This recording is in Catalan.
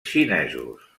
xinesos